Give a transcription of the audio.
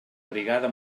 brigada